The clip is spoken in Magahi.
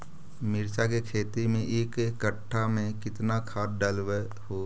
मिरचा के खेती मे एक कटा मे कितना खाद ढालबय हू?